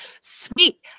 sweet